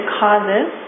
causes